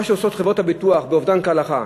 מה שעושות חברות הביטוח באובדן להלכה: